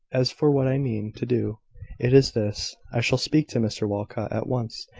as for what i mean to do it is this. i shall speak to mr walcot at once,